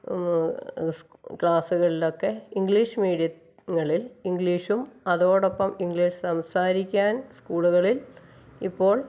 ക്ലാസുകളിലൊക്കെ English മീഡിയങ്ങളിൽ ഇംഗ്ലീഷും അതോടൊപ്പം ഇംഗ്ലീഷ് സംസാരിക്കാൻ സ്കൂളുകളിൽ ഇപ്പോൾ